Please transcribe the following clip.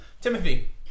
Timothy